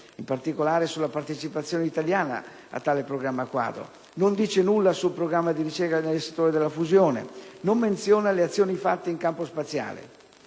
in particolare sulla partecipazione italiana a tale programma), non dice nulla sul programma di ricerca nel settore della fusione nucleare, non menziona le azioni fatte in campo spaziale.